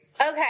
Okay